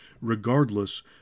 regardless